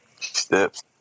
Steps